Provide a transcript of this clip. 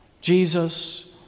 Jesus